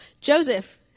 Joseph